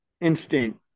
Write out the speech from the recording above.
instinct